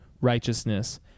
righteousness